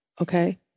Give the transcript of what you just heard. Okay